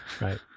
right